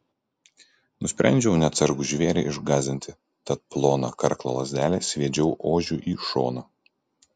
nusprendžiau neatsargų žvėrį išgąsdinti tad ploną karklo lazdelę sviedžiau ožiui į šoną